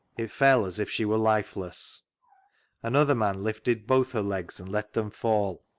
it flell as if she were lifeless another man lifted both her legs and let them fall.